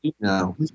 no